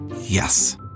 Yes